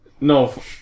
No